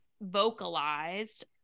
vocalized